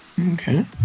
okay